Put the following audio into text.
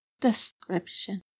description